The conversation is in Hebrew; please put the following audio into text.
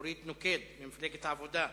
אורית נוקד ממפלגת העבודה.